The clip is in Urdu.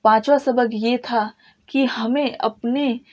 پانچواں سبک یہ تھا کہ ہمیں اپنے